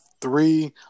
three